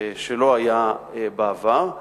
שלא היה בעבר.